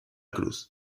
cruz